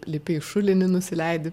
lipi į šulinį nusileidi